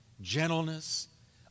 gentleness